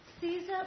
Caesar